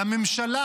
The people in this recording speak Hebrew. לממשלה,